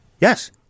Yes